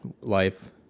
life